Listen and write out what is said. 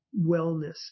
wellness